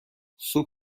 سوپ